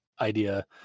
idea